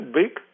big